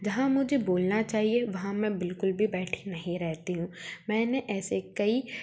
जहाँ मुझे बोलना चाहिए वहाँ मैं बिलकुल भी बैठी नहीं रहती हूँ मैंने ऐसे कई